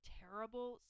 terrible